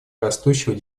растущего